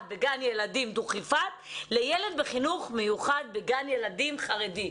בגן ילדים דוכיפת לילד בחינוך מיוחד בגן ילדים חרדי.